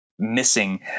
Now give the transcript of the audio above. missing